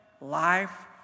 life